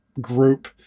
group